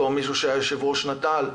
בתור מי שהיה יושב-ראש נט"ל,